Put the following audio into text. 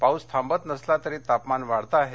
पाऊस थांबत नसला तरी तापमान वाढतं आहे